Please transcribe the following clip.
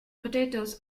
potatoes